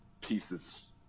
pieces